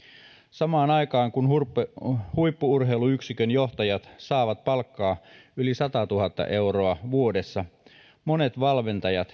samaan aikaan kun huippu urheiluyksikön johtajat saavat palkkaa yli satatuhatta euroa vuodessa monet valmentajat